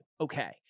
Okay